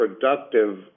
productive